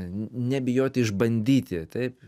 nebijoti išbandyti taip